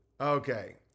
Okay